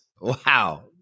Wow